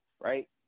right